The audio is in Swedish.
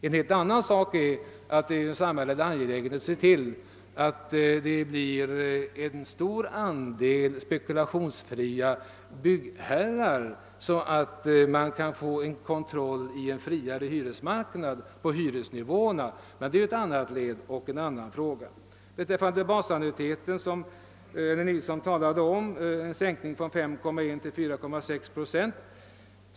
— En helt annan sak är att det ur samhällets synpunkt är angeläget att se till att det blir en stor andel spekulationsfria byggherrar, så att en kontroll av hyresnivåerna i en friare hyresmarknad kan komma till stånd. Beträffande basannuiteten förordade herr Nilsson i Gävle en sänkning från 5,1 till 4,6 procent.